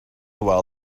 while